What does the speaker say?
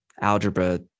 algebra